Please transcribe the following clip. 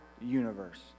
universe